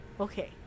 Okay